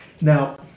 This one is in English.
Now